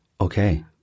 Okay